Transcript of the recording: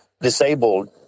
disabled